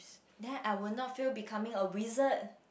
then I will not feel becoming a lizard